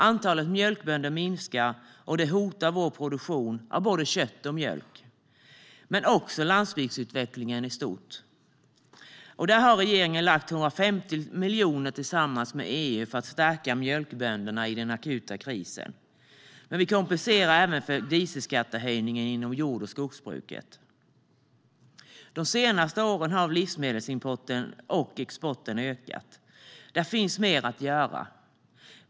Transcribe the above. Antalet mjölkbönder minskar, och det hotar vår produktion av både kött och mjölk men också landsbygdsutvecklingen i stort. Regeringen har tillsammans med EU lagt 150 miljoner för att stärka mjölkbönderna i den akuta krisen. Men vi kompenserar även för dieselskattehöjningen inom jord och skogsbruket. De senaste åren har livsmedelsimporten och exporten ökat. Där finns mer att göra.